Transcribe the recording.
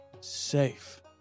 safe